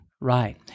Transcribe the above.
Right